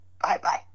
Bye-bye